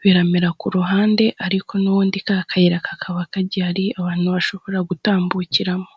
biramera ku ruhande ariko n'ubundi ka kayira kakaba kagihari abantu bashobora gutambukiramo.